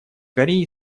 кореи